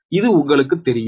இது உங்களுக்குத் தெரியும்